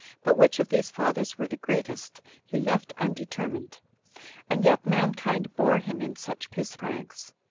but which of these fathers were the greatest he left undetermined and yet mankind bore him in such his pranks.